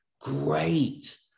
Great